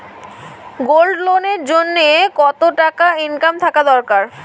Gold loan এর জইন্যে কতো টাকা ইনকাম থাকা দরকার?